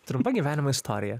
trumpa gyvenimo istorija